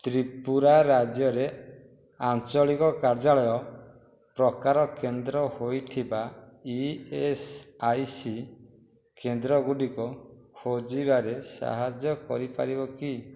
ତ୍ରିପୁରା ରାଜ୍ୟରେ ଆଞ୍ଚଳିକ କାର୍ଯ୍ୟାଳୟ ପ୍ରକାର କେନ୍ଦ୍ର ହୋଇଥିବା ଇଏସ୍ଆଇସି କେନ୍ଦ୍ରଗୁଡ଼ିକ ଖୋଜିବାରେ ସାହାଯ୍ୟ କରିପାରିବ କି